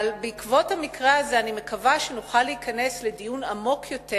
אבל בעקבות המקרה הזה אני מקווה שנוכל להיכנס לדיון עמוק יותר